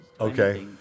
Okay